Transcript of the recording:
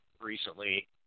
recently